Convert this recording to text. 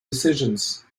decisions